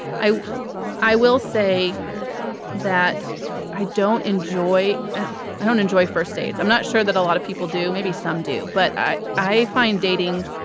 i i will say that i don't enjoy and i don't enjoy first dates. i'm not sure that a lot of people do. maybe some do. but. i i find dating.